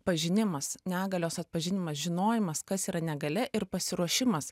pažinimas negalios atpažinimas žinojimas kas yra negalia ir pasiruošimas